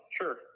Sure